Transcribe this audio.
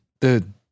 dude